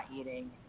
eating